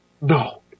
No